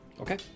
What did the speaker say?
Okay